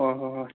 ꯍꯣꯏ ꯍꯣꯏ ꯍꯣꯏ